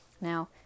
Now